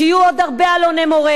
שיהיו עוד הרבה אלוני-מורה,